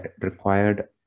required